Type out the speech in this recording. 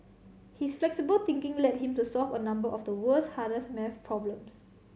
his flexible thinking led him to solve a number of the world's hardest maths problems